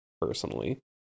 personally